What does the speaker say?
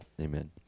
amen